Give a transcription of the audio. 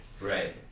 Right